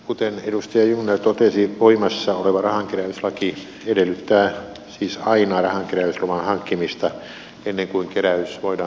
kuten edustaja jungner totesi voimassa oleva rahankeräyslaki edellyttää siis aina rahankeräysluvan hankkimista ennen kuin keräys voidaan aloittaa